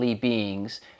beings